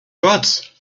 gott